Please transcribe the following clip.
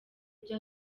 ibyo